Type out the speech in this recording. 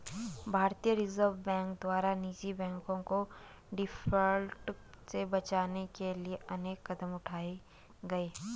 भारतीय reserve bank द्वारा निजी बैंकों को डिफॉल्ट से बचाने के लिए अनेक कदम उठाए गए